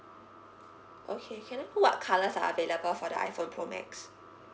okay can I know what colours are available for the iphone pro max